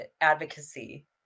advocacy